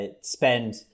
spend